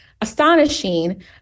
astonishing